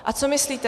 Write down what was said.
A co myslíte?